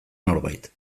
norbait